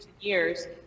years